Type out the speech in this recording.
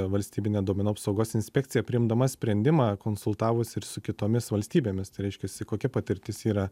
valstybinė duomenų apsaugos inspekcija priimdama sprendimą konsultavosi ir su kitomis valstybėmis tai reiškiasi kokia patirtis yra